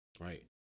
Right